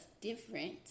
different